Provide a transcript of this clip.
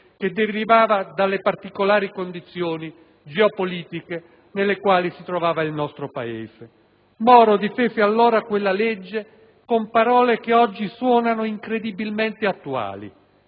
che derivava dalle particolari condizioni geopolitiche nelle quali si trovava il nostro Paese. Moro difese allora quella legge con parole che oggi suonano incredibilmente attuali: